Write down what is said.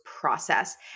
process